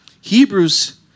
Hebrews